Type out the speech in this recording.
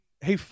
hey